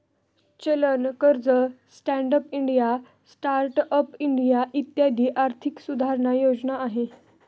चलन कर्ज, stand up India, start up India इत्यादी आर्थिक सुधारणा योजना आहे